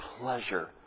pleasure